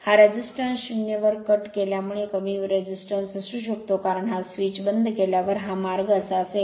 हा प्रतिकार 0 वर कट केल्यामुळे कमी प्रतिकार असू शकतो कारण हा स्विच बंद केल्यावर हा मार्ग असा असेल